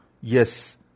Yes